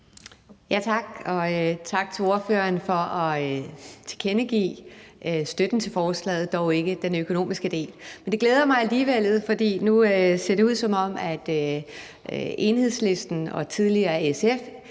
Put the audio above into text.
Tak, og tak til ordføreren for at tilkendegive støtten til forslaget, dog ikke den økonomiske del. Men det glæder mig alligevel, for nu ser det ud, som om Enhedslisten, SF